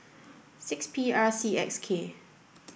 six P R C X K